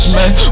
man